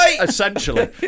essentially